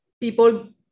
people